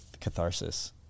catharsis